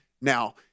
Now